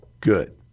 Good